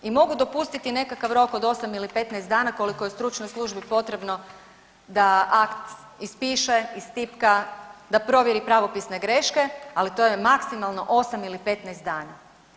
I mogu dopustiti nekakav rok od 8 ili 15 dana koliko je stručnoj službi potrebno da akt ispiše, istipka, da provjeri pravopisne greške, ali to je maksimalno 8 ili 15 dana.